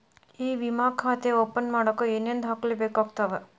E ವಿಮಾ ಖಾತೆ open ಮಾಡಕ ಏನೇನ್ ದಾಖಲೆ ಬೇಕಾಗತವ